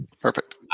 Perfect